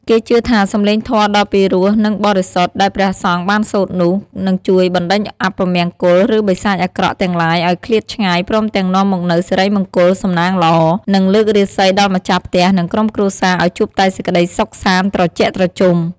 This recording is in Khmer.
គេជឿថាសំឡេងធម៌ដ៏ពីរោះនិងបរិសុទ្ធដែលព្រះសង្ឃបានសូត្រនោះ នឹងជួយបណ្ដេញអពមង្គល ឬបិសាចអាក្រក់ទាំងឡាយឲ្យឃ្លាតឆ្ងាយព្រមទាំងនាំមកនូវសិរីមង្គល សំណាងល្អ និងលើករាសីដល់ម្ចាស់ផ្ទះនិងក្រុមគ្រួសារឲ្យជួបតែសេចក្ដីសុខសាន្តត្រជាក់ត្រជុំ។